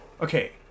Okay